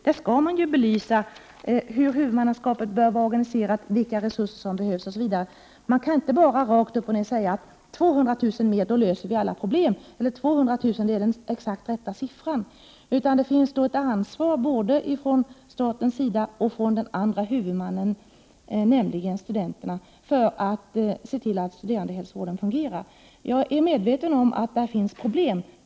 Man skall ju belysa hur huvudmannaskapet bör vara organiserat, vilka resurser som behövs osv. Man kan ju inte bara utan vidare säga: 200 000 kr. till och vi löser alla problem. Inte heller kan man säga att just 200 000 är den rätta siffran. Både staten och den andra huvudmannen — studenterna — har ju ett ansvar för att studerandehälsovården fungerar. Jag är medveten om att det finns problem i det avseendet.